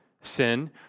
sin